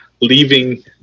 leaving